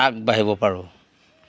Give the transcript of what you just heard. আগবাঢ়িব পাৰো